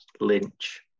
Lynch